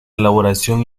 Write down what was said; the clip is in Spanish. elaboración